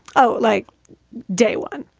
oh, like day one.